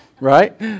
Right